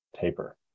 taper